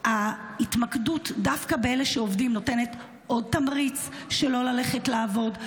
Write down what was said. ההתמקדות דווקא באלה שעובדים נותנת עוד תמריץ לא ללכת לעבוד.